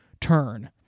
turn